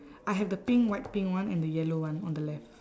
I have the pink white pink one and the yellow one on the left